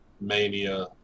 Mania